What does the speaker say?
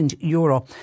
euro